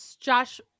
Josh